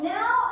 Now